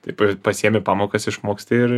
tai p pasiimi pamokas išmoksti ir